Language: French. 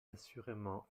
assurément